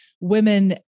women